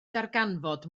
darganfod